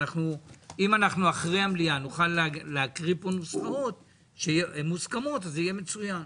אם אנחנו אחרי המליאה נוכל להקריא פה נוסחאות מוסכמות אז זה יהיה מצוין.